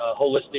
holistic